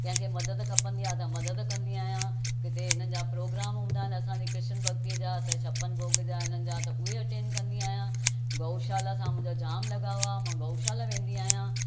कंहिंखे मदद खपंदी आहे त मदद कंदी आहियां किथे हिननि जा प्रोग्राम हूंदा आहिनि असांजे कृष्ण भक्तीअ जा त छपन भोग जा हिननि जा त उहे अटेंड कंदी आहियां गऊ शाला सां मुंहिंजो जाम लॻाउ आहे मां गऊ शाला वेंदी आहियां